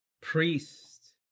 priest